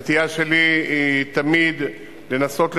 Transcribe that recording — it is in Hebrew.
הנטייה שלי היא תמיד לנסות לתאם,